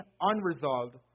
unresolved